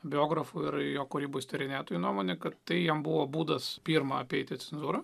biografų ir jo kūrybos tyrinėtojų nuomonė kad tai jam buvo būdas pirma apeiti cenzūrą